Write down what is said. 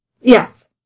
Yes